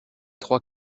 trois